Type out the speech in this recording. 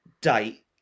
date